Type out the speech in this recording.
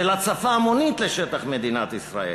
של הצפה המונית לשטח מדינת ישראל.